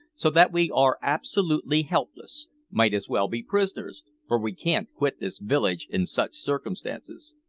so that we are absolutely helpless might as well be prisoners, for we can't quit this village in such circumstances.